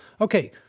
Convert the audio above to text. Okay